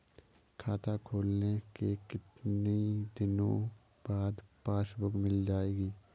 खाता खोलने के कितनी दिनो बाद पासबुक मिल जाएगी?